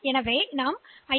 எனவே இந்த ஐ